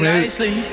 nicely